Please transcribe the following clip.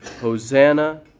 Hosanna